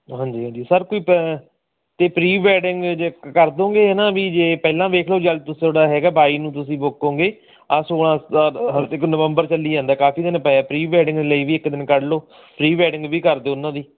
ਹਾਂਜੀ ਹਾਂਜੀ ਸਰ ਕੋਈ ਪ ਅਤੇ ਪ੍ਰੀ ਵੈਡਿੰਗ ਜੇ ਕਰ ਦੋਂਗੇ ਹੈ ਨਾ ਵੀ ਜੇ ਪਹਿਲਾਂ ਵੇਖ ਲਓ ਜਾਂ ਤੁਹਾਡਾ ਹੈਗਾ ਬਾਈ ਨੂੰ ਤੁਸੀਂ ਬੁੱਕ ਹੋਗੇ ਆਹ ਸੌਲ੍ਹਾਂ ਹੁਣ ਦੇਖੋ ਨਵੰਬਰ ਚੱਲੀ ਜਾਂਦਾ ਕਾਫੀ ਦਿਨ ਪਏ ਪ੍ਰੀ ਵੈਡਿੰਗ ਲਈ ਵੀ ਇੱਕ ਦਿਨ ਕੱਢ ਲਓ ਪ੍ਰੀ ਵੈਡਿੰਗ ਵੀ ਕਰ ਦਿਓ ਉਹਨਾਂ ਦੀ